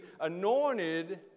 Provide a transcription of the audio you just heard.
anointed